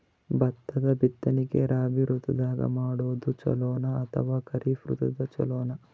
ಭತ್ತದ ಬಿತ್ತನಕಿ ರಾಬಿ ಋತು ದಾಗ ಮಾಡೋದು ಚಲೋನ ಅಥವಾ ಖರೀಫ್ ಋತು ಚಲೋನ?